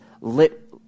lit